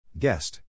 Guest